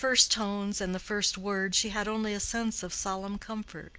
with the first tones and the first words, she had only a sense of solemn comfort,